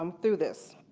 um through this,